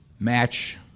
match